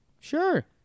Sure